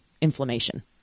inflammation